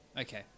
Okay